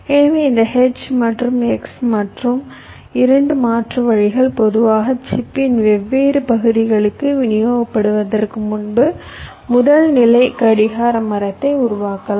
எனவே இந்த H மற்றும் X மற்றும் 2 மாற்று வழிகள் பொதுவாக சிப்பின் வெவ்வேறு பகுதிகளுக்கு விநியோகிக்கப்படுவதற்கு முன்பு முதல் நிலை கடிகார மரத்தை உருவாக்கலாம்